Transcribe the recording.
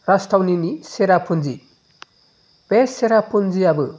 राजथावनिनि सेरापुन्जि बे सेरापुन्जिआबो